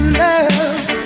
love